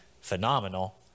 phenomenal